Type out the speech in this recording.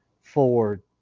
forward